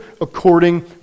according